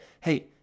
Hey